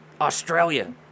Australia